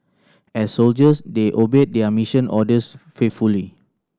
as soldiers they obeyed their mission orders faithfully